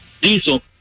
Diesel